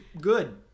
good